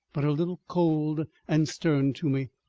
but a little cold and stern to me,